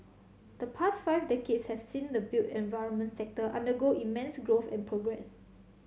the past five decades have seen the built environment sector undergo immense growth and progress